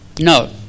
No